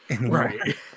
right